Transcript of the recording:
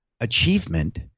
achievement